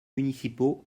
municipaux